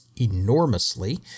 enormously